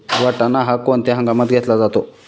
वाटाणा हा कोणत्या हंगामात घेतला जातो?